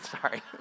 sorry